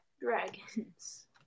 Dragons